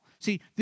See